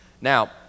Now